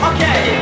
Okay